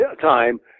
time